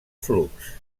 flux